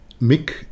Mick